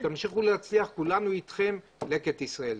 תמשיכו להצליח, כולנו אתכם לקט ישראל.